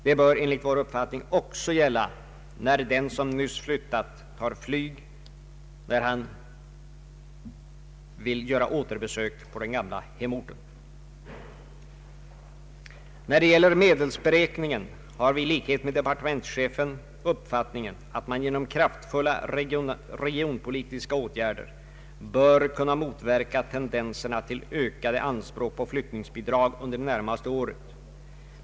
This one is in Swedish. Det bör enligt vår uppfattning också gälla då den som nyss flyttat tar flyg, när han vill göra återbesök på den gamla hemorten. Vad gäller medelsberäkningen har vi i likhet med departementschefen den uppfattningen att man genom kraftfulla regionalpolitiska åtgärder bör kunna motverka tendenserna till ökade anspråk på flyttningsbidrag under det närmaste året.